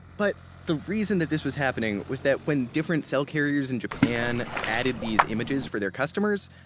but the reason that this was happening, was that when different cell carriers in japan added these images for their customers,